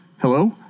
Hello